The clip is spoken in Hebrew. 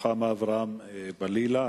רוחמה אברהם-בלילא.